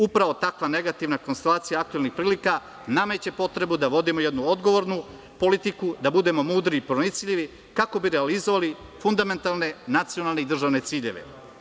Upravo takva negativna konstalacija aktuelnih prilika nameće potrebu da vodimo jednu odgovornu politiku, da budemo mudri i pronicljivi kako bi realizovali fundamentalne, nacionalne i državne ciljeve.